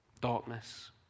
Darkness